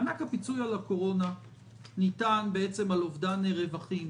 מענק הפיצוי על הקורונה ניתן על אובדן רווחים.